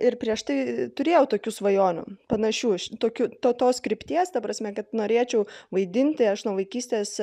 ir prieš tai turėjau tokių svajonių panašių iš tokių to tos krypties ta prasme kad norėčiau vaidinti aš nuo vaikystės